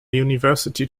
university